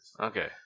Okay